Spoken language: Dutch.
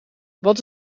wat